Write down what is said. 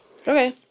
Okay